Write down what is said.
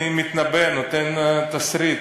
אני מתנבא, נותן תסריט,